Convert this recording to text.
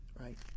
Right